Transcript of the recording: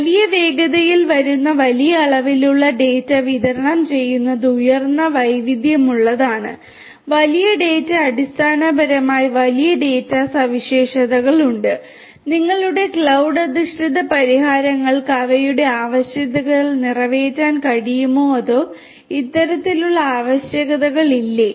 വലിയ വേഗതയിൽ വരുന്ന വലിയ അളവിലുള്ള ഡാറ്റ വിതരണം ചെയ്യുന്നത് ഉയർന്ന വൈവിധ്യമുള്ളതാണ് വലിയ ഡാറ്റ അടിസ്ഥാനപരമായി വലിയ ഡാറ്റാ സവിശേഷതകൾ ഉണ്ട് നിങ്ങളുടെ ക്ലൌഡ് അധിഷ്ഠിത പരിഹാരങ്ങൾക്ക് അവയുടെ ആവശ്യകതകൾ നിറവേറ്റാൻ കഴിയുമോ അതോ ഇത്തരത്തിലുള്ള ആവശ്യകതകൾ ഇല്ലേ